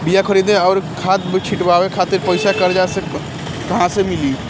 बीया खरीदे आउर खाद छिटवावे खातिर पईसा कर्जा मे कहाँसे मिली?